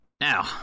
Now